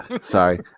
Sorry